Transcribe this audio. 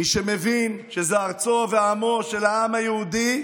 מי שמבין שזו ארצו ועמו של העם היהודי: